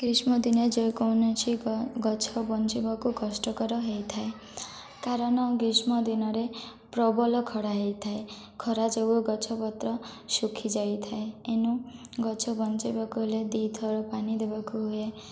ଗ୍ରୀଷ୍ମ ଦିନେ ଯେକୌଣସି ଗଛ ବଞ୍ଚିବାକୁ କଷ୍ଟକର ହୋଇଥାଏ କାରଣ ଗ୍ରୀଷ୍ମ ଦିନରେ ପ୍ରବଳ ଖରା ହୋଇଥାଏ ଖରା ଯୋଗୁଁ ଗଛ ପତ୍ର ଶୁଖି ଯାଇଥାଏ ଏଣୁ ଗଛ ବଞ୍ଚାଇବାକୁ ହେଲେ ଦୁଇ ଥର ପାଣି ଦେବାକୁ ହୁଏ